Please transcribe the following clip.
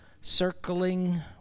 circling